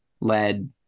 led